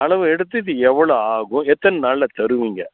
அளவு எடுத்துட்டு இது எவ்வளோ ஆகும் எத்தனை நாளில் தருவீங்க